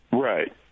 Right